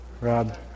Rob